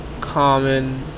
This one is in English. common